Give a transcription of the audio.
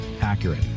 accurate